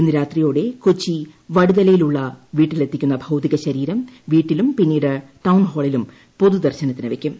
ഇന്ന് രാത്രിയോടെ കൊച്ചി വടുതലയിലുള്ള വീട്ടിലെത്തിക്കുന്ന ഭൌതികശരീരം വീട്ടിലും പിന്നീട് ടൌൺ ഹാളിലും പൊതുദർശനത്തിന് വയ്ക്കും